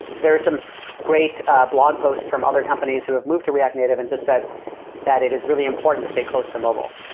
there is a great blog posts from other companies who have moved to react native and just said that it is really important to stay close to mobile.